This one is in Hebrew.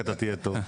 כי אתה תהיה טוב,